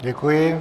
Děkuji.